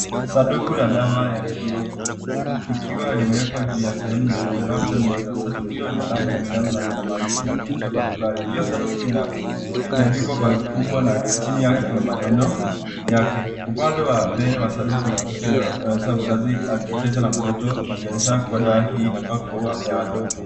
Sanduka la dawa ya kiovu, ikiwa limewekwa juu ya sehemu nyeupe labda meza, sanduku hiyo ina rangi ya njano, na lina maandishi, na picha mbalimbali. Hiyo sanduku ina, imeandikwa kwa herufi kubwa na chini yake kuna maneno yake. Upande wa mbele wa sanduku kuna picha inaonyesha mzazi akicheza na mtoto, ikionyesha kuwa dawa hii inafaa kuwa ya watoto.